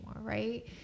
right